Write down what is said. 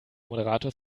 moderator